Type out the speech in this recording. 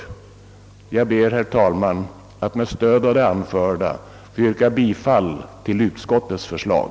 Jag ber, herr talman, att med stöd av det anförda få yrka bifall till utskottets förslag.